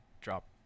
drop